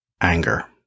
Anger